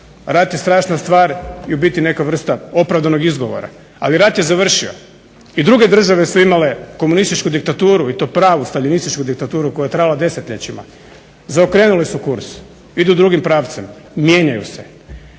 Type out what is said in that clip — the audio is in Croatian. rat je strašna stvar i u biti neka vrsta opravdanog izgovora. Ali rat je završio i druge države su imale komunističku diktaturu i to pravu staljinističku diktaturu koja je trajala desetljećima. Zaokrenuli su kurs, idu drugim pravcem, mijenjaju se